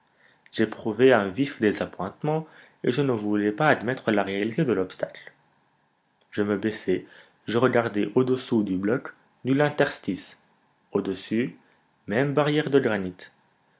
j'éprouvai un vif désappointement et je ne voulais pas admettre la réalité de l'obstacle je me baissai je regardai au-dessous du bloc nul interstice au-dessus même barrière de granit